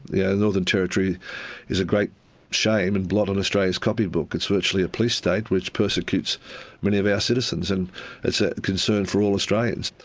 yeah northern territory is a great shame and a blot on australia's copy book. it's virtually a police state which persecutes many of our citizens, and it's a concern for all australians.